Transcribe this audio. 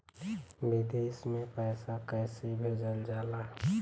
विदेश में पैसा कैसे भेजल जाला?